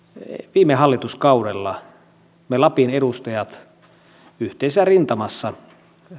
viime hallituskaudella me lapin edustajat yhteisessä rintamassa